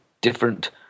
different